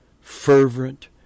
fervent